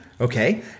okay